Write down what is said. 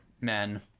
men